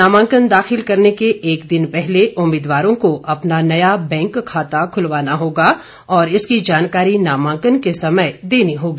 नामांकन दाखिल करने के एक दिन पहले उम्मीदवारों को अपना नया बैंक खाता खुलवाना होगा और इसकी जानकारी नामांकन के समय देनी होगी